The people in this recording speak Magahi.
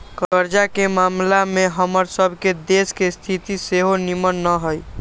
कर्जा के ममला में हमर सभ के देश के स्थिति सेहो निम्मन न हइ